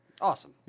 Awesome